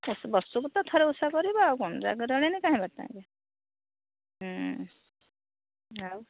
ବର୍ଷ କୁ ତ ଥରେ ଓଷା କରିବା ଆଉ କ'ଣ ଜାଗର ଜଳିବାନି ବାର ଟା ଯାଏଁ ଆଉ